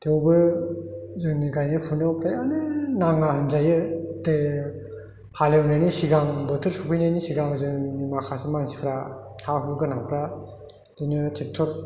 थेवबो जोंनि गायनाय फुनायाव फ्रायानो नांङा होनजायो बे हालवेनायनि सिगां बोथोर सफैनायनि सिगां जोंनि माखासे मानसिफोरा हा हु गोनांफ्रा बिदिनो ट्रेक्ट'र